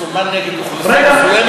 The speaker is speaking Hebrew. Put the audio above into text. כשהוא מסומן נגד אוכלוסייה מסוימת,